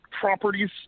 properties